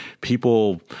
people